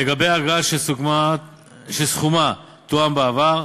לגבי אגרה שסכומה תואם בעבר,